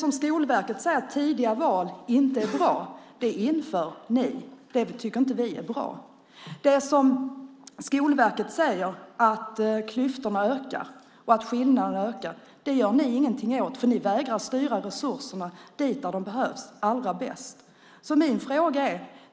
Skolverket säger att tidiga val inte är bra, men sådana inför ni. Det tycker inte vi är bra. Skolverket säger också att klyftorna och skillnaderna ökar, men det gör ni inget åt. Ni vägrar att styra resurserna dit där de allra bäst behövs.